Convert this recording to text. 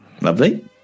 Lovely